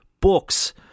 books